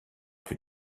plus